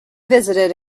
visited